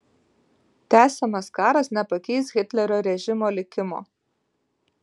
tęsiamas karas nepakeis hitlerio režimo likimo